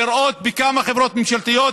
לראות בכמה חברות ממשלתיות